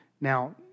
Now